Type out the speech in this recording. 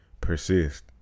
persist